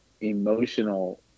emotional